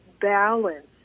balance